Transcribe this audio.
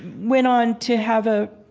went on to have a